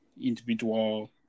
individual